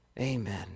Amen